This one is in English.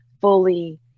fully